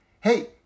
Hey